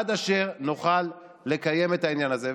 עד אשר נוכל לקיים את העניין הזה.